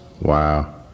Wow